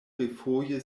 refoje